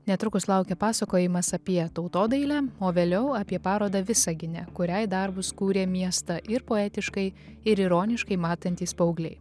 netrukus laukia pasakojimas apie tautodailę o vėliau apie parodą visagine kuriai darbus kūrė miestą ir poetiškai ir ironiškai matantys paaugliai